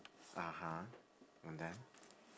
(uh huh) and then